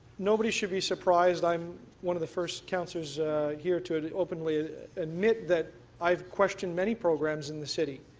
nobody should be surprised i'm one of the first councillors here to to openly admit that i've questioned many programs in the city.